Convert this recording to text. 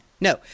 No